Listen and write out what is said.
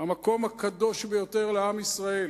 המקום הקדוש ביותר לעם ישראל.